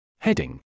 Heading